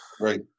right